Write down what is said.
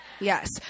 Yes